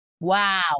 wow